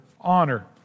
honor